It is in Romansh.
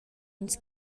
ins